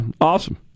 awesome